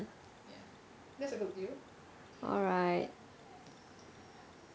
ya that's a good deal